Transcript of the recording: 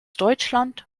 deutschland